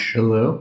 Hello